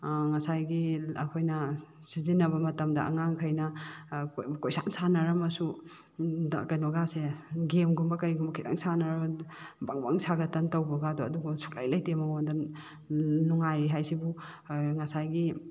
ꯉꯁꯥꯏꯒꯤ ꯑꯩꯈꯣꯏꯅ ꯁꯤꯖꯤꯟꯅꯕ ꯃꯇꯝꯗ ꯑꯉꯥꯡꯈꯩꯅ ꯀꯣꯏꯁꯥꯟ ꯁꯥꯟꯅꯔꯝꯃꯁꯨ ꯀꯩꯅꯣꯒꯥꯁꯦ ꯒꯦꯝꯒꯨꯝꯕ ꯀꯩꯒꯨꯝꯕ ꯈꯤꯇꯪ ꯁꯥꯟꯅꯔꯨꯕꯗ ꯕꯪ ꯕꯪ ꯁꯥꯒꯠꯇꯅ ꯇꯧꯕꯀꯥꯗꯣ ꯑꯗꯨꯒꯨꯝꯕ ꯁꯨꯡꯂꯩ ꯂꯩꯇꯦ ꯃꯉꯣꯟꯗ ꯅꯨꯡꯉꯥꯏꯔꯤ ꯍꯥꯏꯁꯤꯕꯨ ꯉꯁꯥꯏꯒꯤ